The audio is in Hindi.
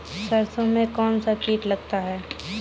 सरसों में कौनसा कीट लगता है?